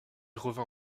revint